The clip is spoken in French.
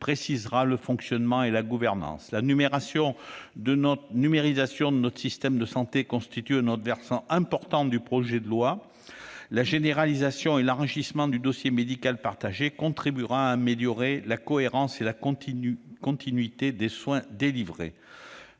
précisera le fonctionnement et la gouvernance. La numérisation de notre système de santé constitue un autre versant important du projet de loi. La généralisation et l'enrichissement du dossier médical partagé contribueront à améliorer la cohérence et la continuité des soins délivrés.